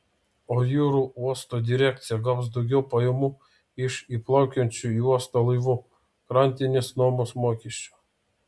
o jūrų uosto direkcija gaus daugiau pajamų iš įplaukiančių į uostą laivų krantinės nuomos mokesčių